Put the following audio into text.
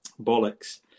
Bollocks